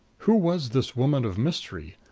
who was this woman of mystery?